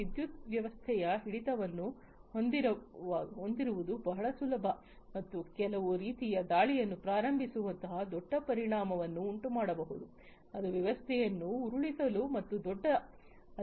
ವಿದ್ಯುತ್ ವ್ಯವಸ್ಥೆಯ ಹಿಡಿತವನ್ನು ಹೊಂದಿರುವುದು ಬಹಳ ಸುಲಭ ಮತ್ತು ಕೆಲವು ರೀತಿಯ ದಾಳಿಯನ್ನು ಪ್ರಾರಂಭಿಸುವಂತಹ ದೊಡ್ಡ ಪರಿಣಾಮವನ್ನು ಉಂಟುಮಾಡಬಹುದು ಅದು ವ್ಯವಸ್ಥೆಯನ್ನು ಉರುಳಿಸಲು ಮತ್ತು ದೊಡ್ಡ ಅಲಭ್ಯತೆಯನ್ನು ಸೃಷ್ಟಿ ಮಾಡಬಹುದು